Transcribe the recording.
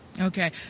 Okay